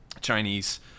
Chinese